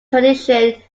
tradition